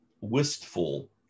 wistful